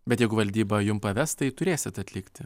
bet jeigu valdyba jum paves tai turėsit atlikti